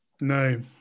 no